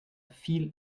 viel